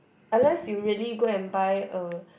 unless you really go and buy a